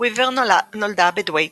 ויבר נולדה בדוויט,